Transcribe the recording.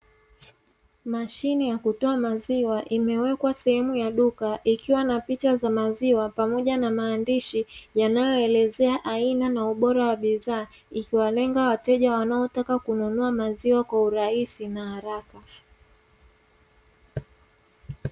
Mashine ya kutoa maziwa imewekwa sehemu ya duka ikiwa na picha za maziwa pamoja na maandishi, yanayoelezea aina na ubora wa bidhaa ikiwalenga wateja wanaotaka kununua maziwa kwa urahisi na haraka.